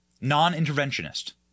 non-interventionist